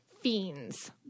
Fiends